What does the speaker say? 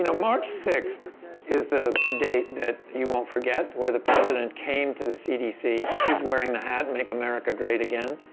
you know march six is the date that you won't forget, where the president came to the cdc. he's wearing the hat, make america great again,